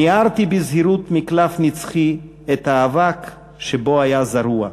/ ניערתי בזהירות מקלף נצחי / את האבק שבו היה זרוע,